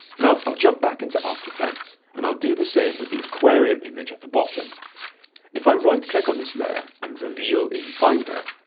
now i'll jump back into after effects and i'll do the same with the aquarium image, at the bottom if i right click on this layer and reveal in finder,